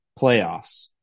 playoffs